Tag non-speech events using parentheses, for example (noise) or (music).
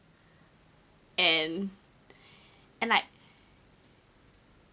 and (breath) and like